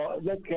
Look